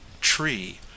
tree